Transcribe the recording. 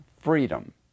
freedom